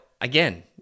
again